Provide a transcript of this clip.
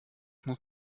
muss